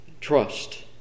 Trust